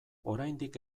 oraindik